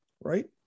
Right